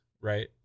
right